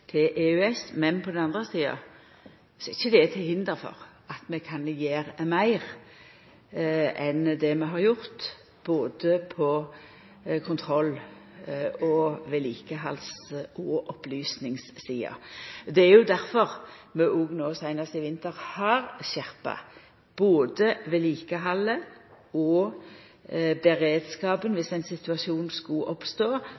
til EØS – men på den andre sida er ikkje det til hinder for at vi kan gjera meir enn det vi har gjort på både kontroll-, vedlikehald-, og opplysningssida. Det er jo difor vi òg no seinast i vinter har skjerpa både vedlikehaldet og beredskapen, dersom ein situasjon skulle oppstå,